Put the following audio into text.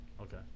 Okay